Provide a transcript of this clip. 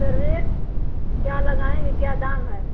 तो रेट क्या लगाएंगी क्या दाम है